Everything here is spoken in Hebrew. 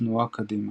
התנועה קדימה.